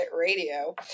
radio